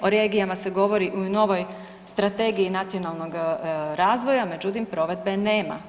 O regijama se govori u novoj Strategiji nacionalnog razvoja, međutim provedbe nema.